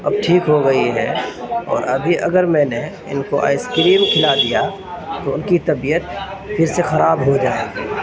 اب ٹھیک ہو گئی ہے اور ابھی اگر میں نے ان کو آئس کریم کھلا دیا تو ان کی طبیعت پھر سے خراب ہو جائے گی